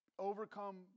Overcome